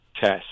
test